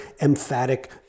emphatic